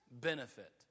benefit